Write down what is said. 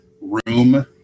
room